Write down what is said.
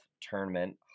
tournament